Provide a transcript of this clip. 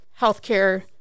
healthcare